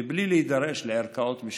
מבלי להידרש לערכאות משפטיות.